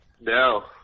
No